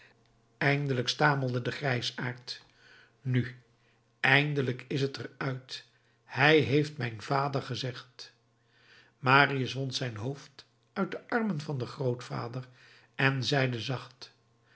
eindelijk stamelde de grijsaard nu eindelijk is het er uit hij heeft mijn vader gezegd marius wond zijn hoofd uit de armen van den grootvader en zeide zacht